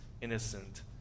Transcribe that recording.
innocent